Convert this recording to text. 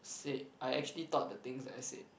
said I actually thought the things that I said